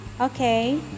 Okay